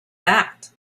that